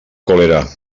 colera